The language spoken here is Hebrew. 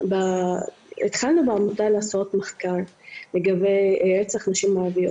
התחלנו בעמותה לעשות מחקר לגבי רצח נשים ערביות